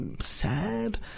sad